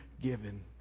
given